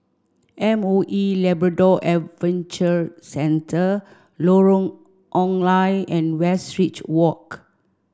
M O E Labrador Adventure Centre Lorong Ong Lye and Westridge Walk